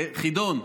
חידון.